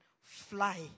fly